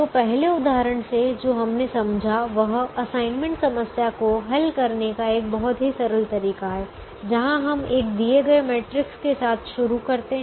तो पहले उदाहरण से जो हमने समझा वह असाइनमेंट समस्या को हल करने का एक बहुत ही सरल तरीका है जहां हम एक दिए गए मैट्रिक्स के साथ शुरू करते हैं